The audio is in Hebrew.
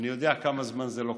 אני יודע כמה זמן זה לוקח.